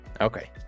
okay